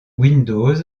windows